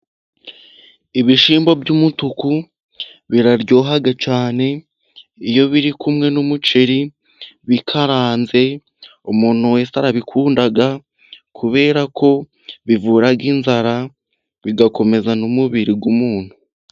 Ibishimbo by'umutuku, biraryoha cyane, iyo biri kumwe n'umuceri, bikaranze, umuntu wese arabikunda, kubera ko bivura inzara, bigakomeza n'umubiri w'umuntu.